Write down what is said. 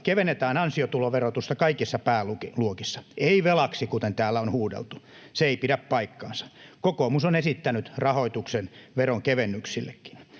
kevennetään ansiotuloverotusta kaikissa pääluokissa, ei velaksi, kuten täällä on huudeltu, se ei pidä paikkaansa. Kokoomus on esittänyt rahoituksen veronkevennyksillekin.